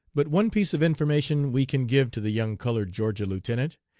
but one piece of information we can give to the young colored georgia lieutenant.